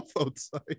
outside